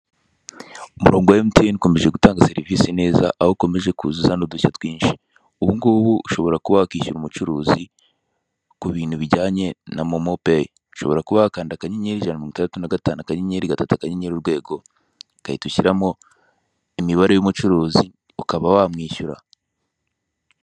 Umurongo wa MTN ukomeje gutanga serivise neza aho ukomeje kuzana udushya twinshi ubu ngubu ushobora kuba wakishyura umucuruzi aho ukanda akanyenyeri ijana na mirongo itandatu na gatanu akanyenyeri umunani akanyenyeri rimwe urwego ugahita ushiramo imibare y'umucuruzi ukaba wamwishyura